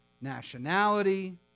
nationality